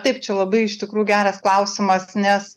taip čia labai iš tikrųjų geras klausimas nes